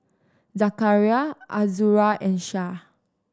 Zakaria Azura and Syah